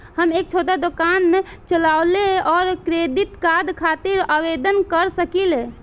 हम एक छोटा दुकान चलवइले और क्रेडिट कार्ड खातिर आवेदन कर सकिले?